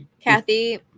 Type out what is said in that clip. Kathy